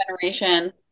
generation